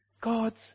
God's